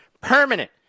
permanent